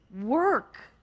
work